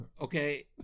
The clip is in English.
Okay